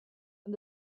and